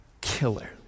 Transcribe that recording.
killer